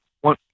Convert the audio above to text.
one